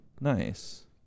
Nice